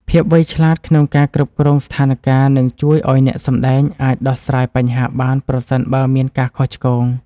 ភាពវៃឆ្លាតក្នុងការគ្រប់គ្រងស្ថានការណ៍នឹងជួយឱ្យអ្នកសម្តែងអាចដោះស្រាយបញ្ហាបានប្រសិនបើមានការខុសឆ្គង។